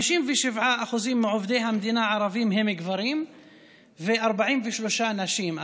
57% מעובדי המדינה הערבים הם גברים ו-43% הם נשים.